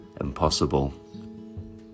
impossible